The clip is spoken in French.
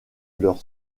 leurs